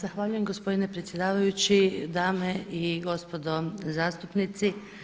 Zahvaljujem gospodine predsjedavajući, dame i gospodo zastupnici.